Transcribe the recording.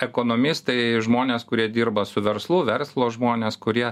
ekonomistai žmonės kurie dirba su verslu verslo žmonės kurie